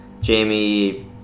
jamie